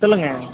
சொல்லுங்கள்